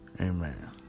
Amen